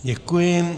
Děkuji.